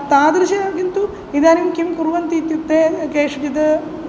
तादृशाः किन्तु इदानीं किं कुर्वन्ति इत्युक्ते केषुचिद्